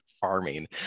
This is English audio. farming